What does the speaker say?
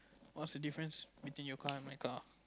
what's the difference between your car and my car